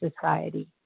society